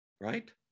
Right